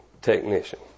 technician